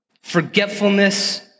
Forgetfulness